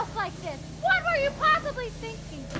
like this, what were you possibly thinking?